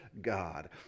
God